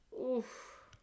Oof